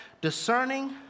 discerning